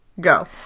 go